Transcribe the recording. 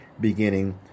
beginning